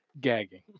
gagging